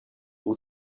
all